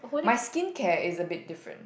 my skincare is a bit different